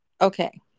Okay